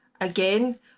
Again